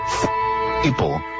people